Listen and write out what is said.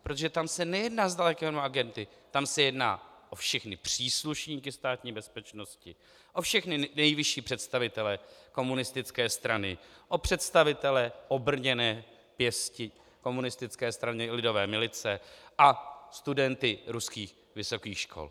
Protože tam se nejedná zdaleka jenom o agenty, tam se jedná o všechny příslušníky Státní bezpečnosti, o všechny nejvyšší představitele komunistické strany, o představitele obrněné pěsti komunistické strany Lidové milice a studenty ruských vysokých škol.